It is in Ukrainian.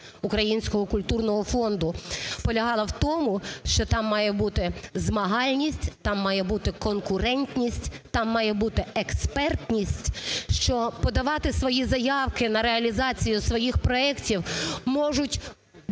Українського культурного фонду полягала в тому, що там має бути змагальність, там має бути конкурентність, там має бути експертність, що подавати свої заявки на реалізацію своїх проектів можуть